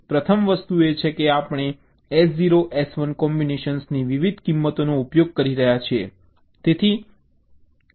પ્રથમ વસ્તુ એ છે કે આપણે S0 S1 કોમ્બિનેશન્સની વિવિધ કિંમતોનો ઉપયોગ કરી રહ્યા છીએ